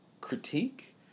critique